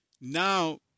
Now